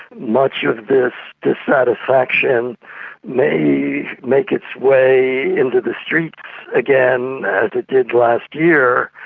much of this dissatisfaction may make its way into the streets again, as it did last year,